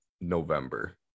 November